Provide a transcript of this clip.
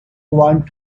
want